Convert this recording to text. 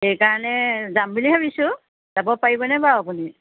সেইকাৰণে যাম বুলি ভাবিছোঁ যাব পাৰিবনে বাৰু আপুনি